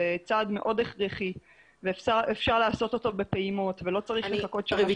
זה צעד מאוד הכרחי ואפשר לעשות אותו בפעימות ולא צריך לחכות שנה